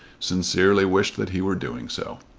sincerely wished that he were doing so.